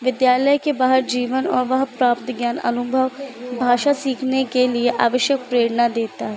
विद्यालय के बाहर जीवन और वहाँ प्राप्त ज्ञान अनुभव भाषा सीखने के लिए आवश्यक प्रेरणा देता है